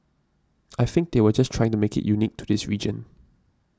I think they were just trying to make it unique to this region